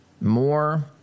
More